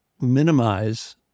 minimize